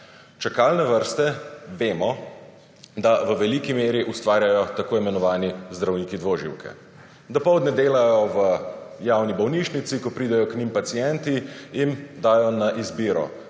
Čakalne vrste vemo, da v veliki meri ustvarjajo t.i. zdravniki dvoživke. Dopoldne delajo v javni bolnišnici, ko pridejo k njim pacienti, jim dajo na izbiro: